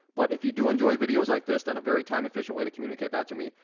but if you do enjoy videos like this, then a very time efficient way to communicate that to me,